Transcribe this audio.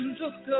look